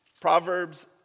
Proverbs